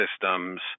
systems